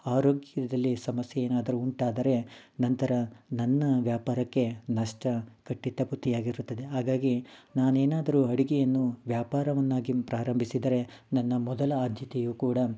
ಆರೋಗ್ಯದಲ್ಲಿ ಸಮಸ್ಯೆ ಏನಾದರೂ ಉಂಟಾದರೆ ನಂತರ ನನ್ನ ವ್ಯಾಪಾರಕ್ಕೆ ನಷ್ಟ ಕಟ್ಟಿಟ್ಟ ಬುತ್ತಿಯಾಗಿರುತ್ತದೆ ಹಾಗಾಗಿ ನಾನೇನಾದರೂ ಅಡುಗೆಯನ್ನು ವ್ಯಾಪಾರವನ್ನಾಗಿ ಪ್ರಾರಂಭಿಸಿದರೆ ನನ್ನ ಮೊದಲ ಆದ್ಯತೆಯೂ ಕೂಡ